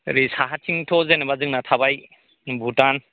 ओरै साहाथिंथ' जेनेबा जोंना थाबाय भुटान